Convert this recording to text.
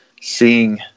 seeing